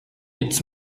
its